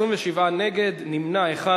27 נגד, נמנע אחד.